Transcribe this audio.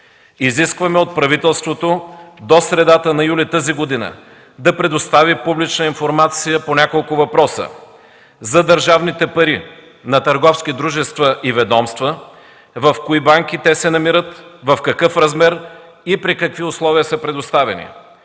Изискваме от правителството до средата на месец юли тази година да предостави публична информация по няколко въпроса – за държавните пари на търговски дружества и ведомства, в кои банки те се намират, в какъв размер и при какви условия са предоставяни,